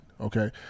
okay